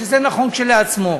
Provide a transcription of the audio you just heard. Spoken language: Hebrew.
שזה נכון כשלעצמו.